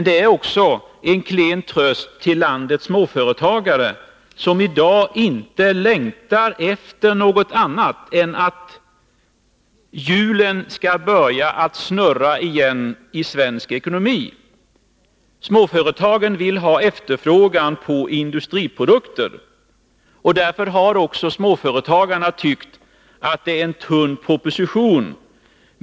Det är en klen tröst till landets småföretagare, som i dag inte längtar efter något annat än att hjulen skall börja att snurra igen i svensk ekonomi. Småförtagen vill ha efterfrågan på industriprodukter. Därför har också småföretagarna tyckt att det är en tunn proposition.